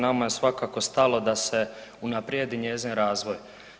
Nama je svakako stalo da se unaprijedi njezin razvoj.